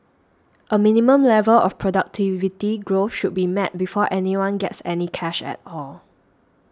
a minimum level of productivity growth should be met before anyone gets any cash at all